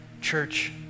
Church